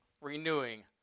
Renewing